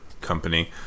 company